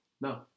No